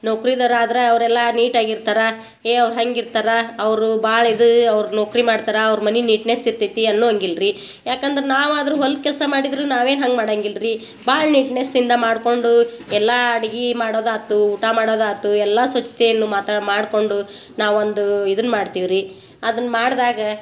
ನೌಕ್ರಿದರ ಆದ್ರೆ ಅವ್ರೆಲ್ಲ ನೀಟಾಗಿರ್ತಾರೆ ಏಯ್ ಅವ್ರು ಹಂಗೆ ಇರ್ತರ ಅವರು ಭಾಳ ಇದು ಅವ್ರು ನೌಕ್ರಿ ಮಾಡ್ತಾರೆ ಅವ್ರ ಮನೆ ನೀಟ್ನೆಸ್ ಇರ್ತೈತಿ ಅನ್ನು ಹಂಗೆ ಇಲ್ರಿ ಯಾಕಂದ್ರೆ ನಾವು ಆದರು ಹೊಲ ಕೆಲಸ ಮಾಡಿದರೂ ನಾವೇನು ಹಂಗೆ ಮಾಡಂಗಿಲ್ಲ ರೀ ಭಾಳ ನೀಟ್ನೆಸ್ಯಿಂದ ಮಾಡ್ಕೊಂಡು ಎಲ್ಲ ಅಡ್ಗಿ ಮಾಡೋದಾತು ಊಟ ಮಾಡೋದಾತು ಎಲ್ಲ ಸ್ವಚ್ಛತೆಯನ್ನು ಮಾತ್ರ ಮಾಡ್ಕೊಂಡು ನಾವು ಒಂದು ಇದನ್ನ ಮಾಡ್ತೀವಿ ರೀ ಅದನ್ನ ಮಾಡ್ದಾಗ